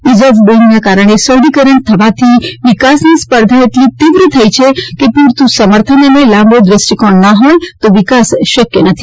is of ડૂઇંગને કારણે સરળીકરણ થવાથી વિકાસની સ્પર્ધા એટલી તીવ્ર થઇ ગઇ છે કે પ્રરતો સમર્થન અને લાંબો દ્રષ્ટિકોણ ન હોય તો વિકાસ શકય નથી